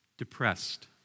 depressed